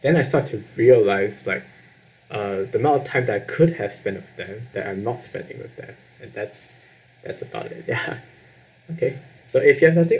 then I start to feel life like uh the amount of time that could have spend with them that I'm not spending with them and that's that's about it ya okay so if you have nothing